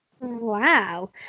Wow